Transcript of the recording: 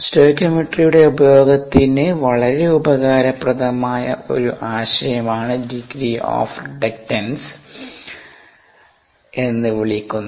സ്റ്റോകിയോമെട്രിയുടെ ഉപയോഗത്തിന് വളരെ ഉപകാരപ്രദമായ ഒരു ആശയമാണ് ഡിഗ്രി ഓഫ് റിഡക്റ്റൻസ് എന്ന് വിളിക്കുന്നത്